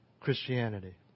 Christianity